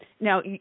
Now